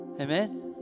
amen